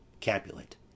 Capulet